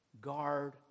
guard